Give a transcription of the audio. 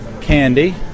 candy